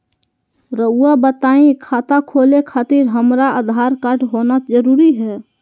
रउआ बताई खाता खोले खातिर हमरा आधार कार्ड होना जरूरी है?